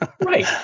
right